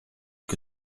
que